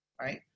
right